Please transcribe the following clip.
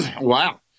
wow